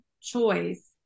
choice